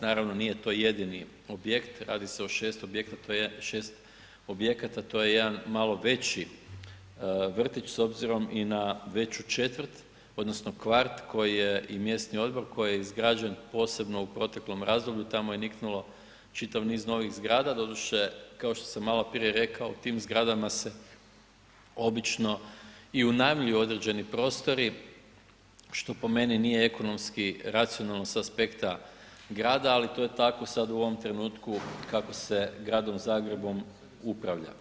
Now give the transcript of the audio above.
Naravno nije to jedini objekt, radi se o 6 objekata, tj. 6 objekata, to je jedan malo veći vrtić s obzirom i na veću četvrt odnosno kvart koji je i mjesni odbor koji je izgrađen posebno u proteklom razdoblju, tamo je niknulo čitav niz novih zgrada, doduše, kao što sam maloprije rekao u tim zgrada se obično i unajmljuju određeni prostori što po meni nije ekonomski racionalno s aspekta grada, ali to je tako sad u ovom trenutku kako se gradom Zagrebom upravlja.